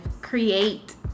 create